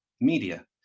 media